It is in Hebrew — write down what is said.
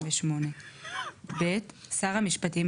(ב)שר המשפטים,